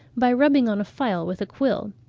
by rubbing on a file with a quill.